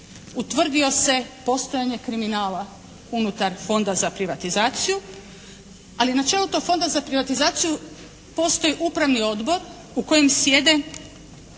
utvrdio se postojanje kriminala unutar Fonda za privatizaciju, ali na čelu tog Fonda za privatizaciju postoji upravni odbor u kojem sjede